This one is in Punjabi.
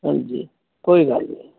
ਹਾਂਜੀ ਕੋਈ ਗੱਲ ਨਹੀਂ